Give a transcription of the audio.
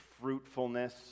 fruitfulness